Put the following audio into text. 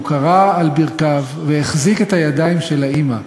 והוא כרע על ברכיו והחזיק את הידיים של האימא,